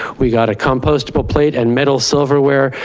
we got a compostable plate and metal silverware.